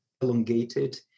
elongated